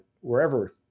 wherever